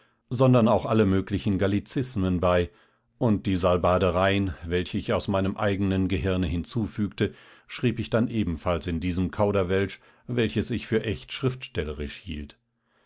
sondern auch alle möglichen gallizismen bei und die salbadereien welche ich aus meinem eigenen gehirne hinzufügte schrieb ich dann ebenfalls in diesem kauderwelsch welches ich für echt schriftstellerisch hielt